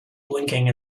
blinking